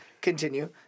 continue